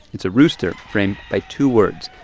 it's a rooster framed by two words,